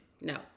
No